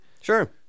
sure